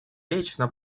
вечно